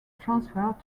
transferred